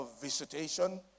visitation